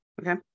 Okay